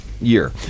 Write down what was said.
Year